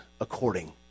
according